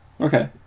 okay